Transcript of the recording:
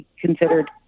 considered